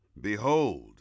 behold